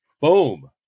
Boom